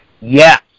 yes